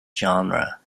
genre